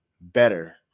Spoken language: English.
better